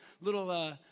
little